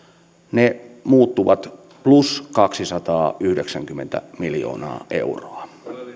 ne muuttuvat plus kaksisataayhdeksänkymmentä miljoonaa euroa